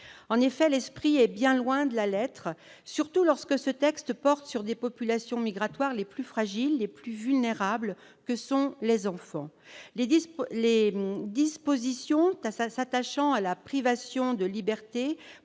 En effet, l'esprit est bien loin de la lettre, surtout lorsque ce texte porte sur les populations migratoires les plus fragiles et les plus vulnérables que sont les enfants. Les dispositions s'attachant à la privation de liberté